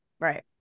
Right